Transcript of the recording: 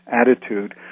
attitude